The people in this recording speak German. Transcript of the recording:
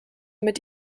mit